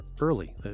early